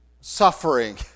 suffering